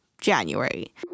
January